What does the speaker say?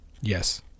Yes